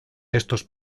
estos